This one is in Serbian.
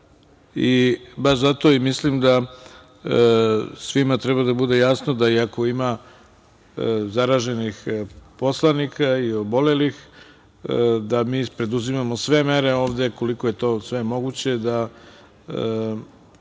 zadatak. Zato mislim da svima treba da bude jasno da iako ima zaraženih poslanika i obolelih, da mi preduzimamo sve mere ovde, koliko je to sve moguće da